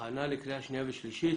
הכנה לקריאה שנייה ושלישית.